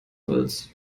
holz